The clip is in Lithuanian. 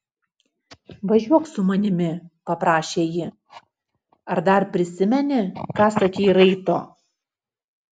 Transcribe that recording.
važiuok su manimi paprašė ji ar dar prisimeni ką sakei raito